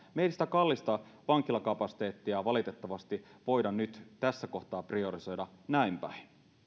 me emme sitä kallista vankilakapasiteettia valitettavasti voi nyt tässä kohtaa priorisoida näin päin vaikka